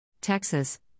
Texas